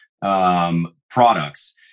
products